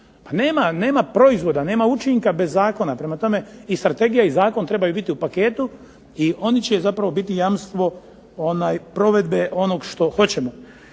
nema proizvoda, nema učinka bez zakona. Prema tome, i strategija i zakon trebaju biti u paketu i oni će biti jamstvo provedbe onoga što hoćemo.